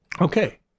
Okay